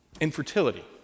infertility